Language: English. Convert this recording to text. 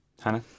Hannah